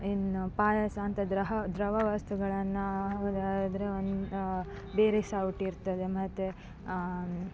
ಇನ್ನು ಪಾಯಸ ಅಂತಹ ದ್ರವ ದ್ರವ ವಸ್ತುಗಳನ್ನು ಹಾಕುದಾದ್ರೆ ಬೇರೆ ಸೌಟಿರ್ತದೆ ಮತ್ತೆ